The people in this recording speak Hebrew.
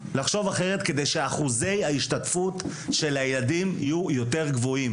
כדי שאחוזי ההשתתפות של הילדים יהיו גבוהים יותר.